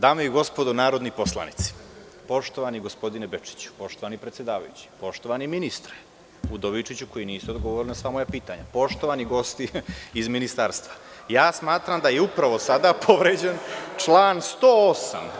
Dame i gospodo narodni poslanici, poštovani gospodine Bečiću, poštovani predsedavajući, poštovani ministre Udovičiću, koji niste odgovorili na sva moja pitanja, poštovani gosti iz ministarstva, smatram da je upravo sada povređen član 108.